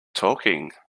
talking